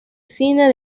cine